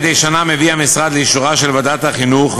מדי שנה מביא המשרד לאישורה של ועדת החינוך,